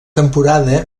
temporada